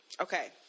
Okay